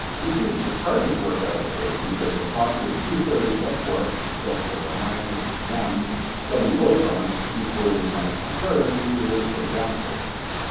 we see that the charges work out ok, because a positive two thirds up quark plus a minus one w boson equals minus one third, which is what a down quark has.